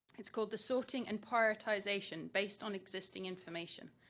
it's called the sorting and prioritization based on existing information.